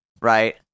Right